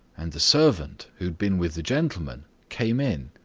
and the servant who had been with the gentleman came in.